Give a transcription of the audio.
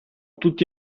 tutti